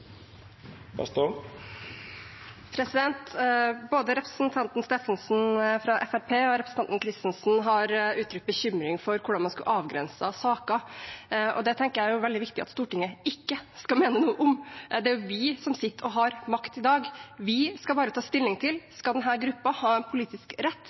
Både representanten Steffensen fra Fremskrittspartiet og representanten Kristensen har uttrykt bekymring for hvordan man skulle avgrense saker. Det tenker jeg er veldig viktig at Stortinget ikke skal mene noe om. Det er vi som sitter og har makt i dag. Vi skal bare ta stilling til om denne gruppen skal ha en politisk rett